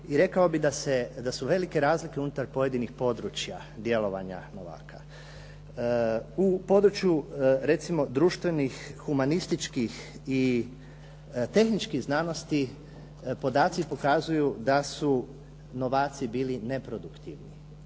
I rekao bih da su velike razlike unutar pojedinih područja djelovanja novaka. U području recimo društvenih, humanističkih i tehničkih znanosti podaci pokazuju da su novaci bili neproduktivni,